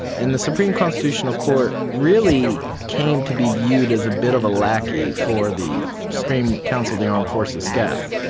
and the supreme constitutional court really came to be viewed as a bit of a lackey for the supreme council of the armed forces, scaf.